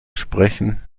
sprechen